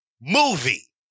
movie